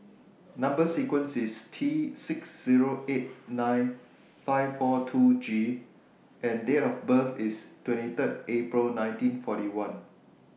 Number sequence IS T six Zero eight nine five four two G and Date of birth IS twenty three April nineteen forty one